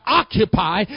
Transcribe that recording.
occupy